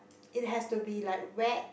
it has to be like wet